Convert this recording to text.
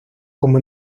como